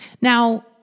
Now